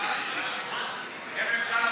12